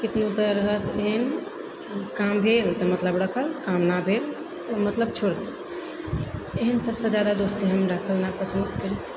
कितनो तऽ रहत एहन की काम भेल तऽ मतलब रखल काम नहि भेल तऽ मतलब छोड़ देत एहन सबसँ जादा दोस्ती हम रखना पसन्द नहि करै छै